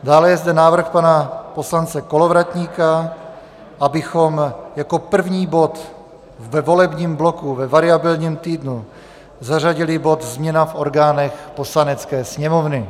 Dále je zde návrh pana poslance Kolovratníka, abychom jako první bod ve volebním bloku ve variabilním týdnu zařadili bod změna v orgánech Poslanecké sněmovny.